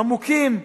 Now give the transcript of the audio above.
עמוקים,